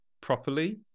properly